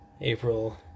April